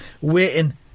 waiting